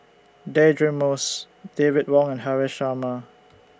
Deirdre Moss David Wong and Haresh Sharma